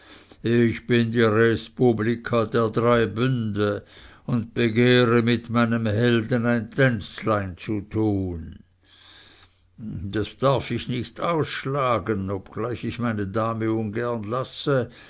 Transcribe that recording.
ich bin die respublica der drei bünde und begehre mit meinem helden ein tänzlein zu tun das darf ich nicht ausschlagen obgleich ich meine dame ungern lasse